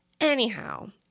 anyhow